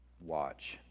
watch